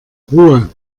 ruhe